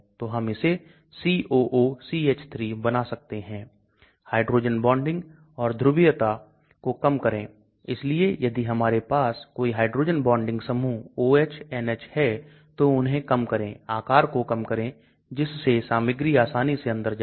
इसलिए उन्होंने यहां एक रेखीय संबंध बनाया है इसलिए जिन दवाओं में LogP बहुत अधिक है उन के माध्यम से भी बहुत अधिक प्रसार होगा